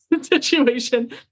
situation